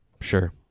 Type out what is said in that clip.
Sure